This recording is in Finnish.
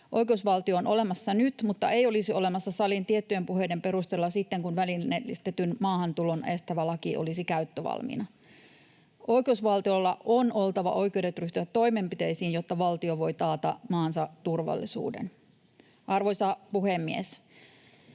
Oikeusvaltio on olemassa nyt, mutta ei olisi olemassa salin tiettyjen puheiden perusteella sitten, kun välineellistetyn maahantulon estävä laki olisi käyttövalmiina. Oikeusvaltiolla on oltava oikeudet ryhtyä toimenpiteisiin, jotta valtio voi taata maansa turvallisuuden. Arvoisa puhemies!